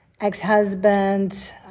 ex-husband